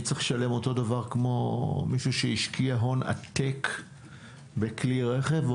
אני צריך לשלם אותו דבר כמו מי שהשקיע הון עתק בכלי רכב?